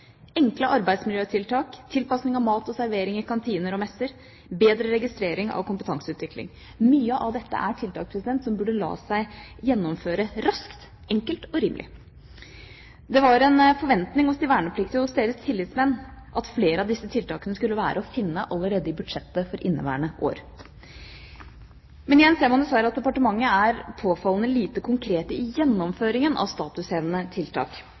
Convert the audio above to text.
enkle arbeidsmiljøtiltak, tilpasning av mat og servering i kantiner og messer, bedre registrering av kompetanseutvikling. Mye av dette er tiltak som burde la seg gjennomføre raskt, enkelt og rimelig. Det var en forventning hos de vernepliktige og deres tillitsmenn at flere av disse tiltakene skulle være å finne allerede i budsjettet for inneværende år. Men igjen ser man dessverre at departementet er påfallende lite konkret i gjennomføringen av statushevende tiltak.